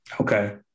Okay